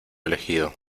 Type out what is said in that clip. elegido